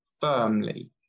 firmly